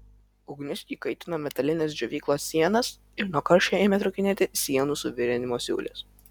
ugnis įkaitino metalines džiovyklos sienas ir nuo karščio ėmė trūkinėti sienų suvirinimo siūlės